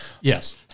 Yes